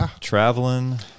traveling